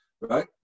right